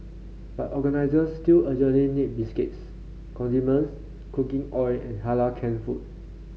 but organisers still urgently need biscuits condiments cooking oil and halal canned food